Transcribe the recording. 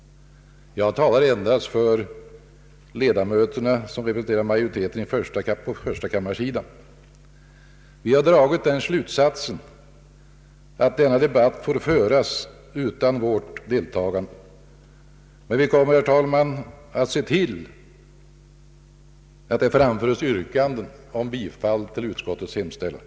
Jag talar endast för de ledamöter som representerar utskottsmajoriteten på förstakammarsidan. Vi har dragit den slutsatsen att denna debatt får föras utan vårt deltagande, men vi kommer, herr talman, att se till att det framföres yrkanden om bifall till utskottets hemställan.